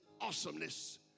awesomeness